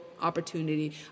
opportunity